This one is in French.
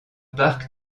parcs